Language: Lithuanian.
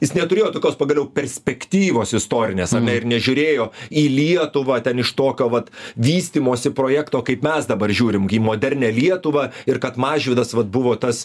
jis neturėjo tokios pagaliau perspektyvos istorinės ir nežiūrėjo į lietuvą ten iš tokio vat vystymosi projekto kaip mes dabar žiūrim į modernią lietuvą ir kad mažvydas vat buvo tas